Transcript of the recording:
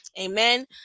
Amen